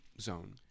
zone